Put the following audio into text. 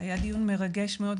היה דיון מרגש מאוד,